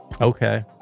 Okay